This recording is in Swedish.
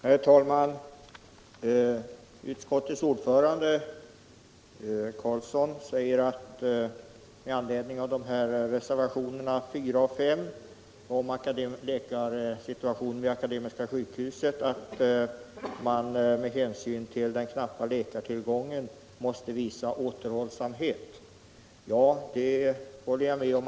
Herr talman! Utskottets ordförande herr Karlsson i Huskvarna sade med anledning av reservationerna 4 och 5 om situationen vid Akademiska sjukhuset att man med hänsyn till den knappa läkartillgången måste visa återhållsamhet. Det håller jag med om.